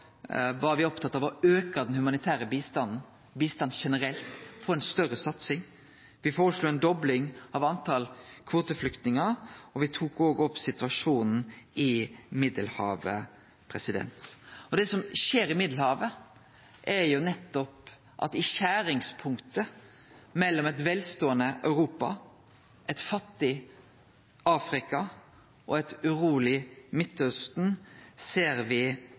var me opptatt av å auke den humanitære bistanden, bistand generelt og få ei større satsing. Me foreslo ei dobling av talet på kvoteflyktningar, og me tok òg opp situasjonen i Middelhavet. Det som me ser utspele seg i Middelhavet no, er at det i skjeringspunktet mellom eit velståande Europa, eit fattig Afrika og eit